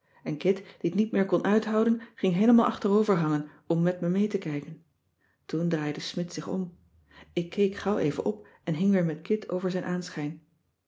en kit die t niet meer kon uithouden ging heelemaal achterover hangen om met me mee te kijken toen draaide smidt zich om ik keek gauw even op en hing weer met kit over zijn aanschijn